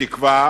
בתקווה